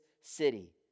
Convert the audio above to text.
city